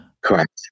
Correct